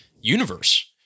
universe